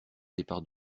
départs